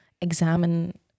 examine